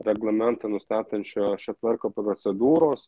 reglamento nustatančio šią tvarką procedūros